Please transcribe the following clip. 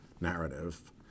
narrative